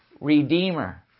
redeemer